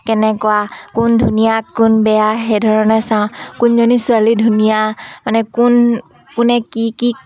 কেনেকুৱা কোন ধুনীয়া কোন বেয়া সেইধৰণে চাওঁ কোনজনী ছোৱালী ধুনীয়া মানে কোন কোনে কি কি